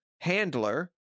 Handler